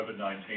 COVID-19